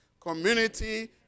community